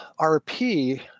RP